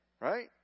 Right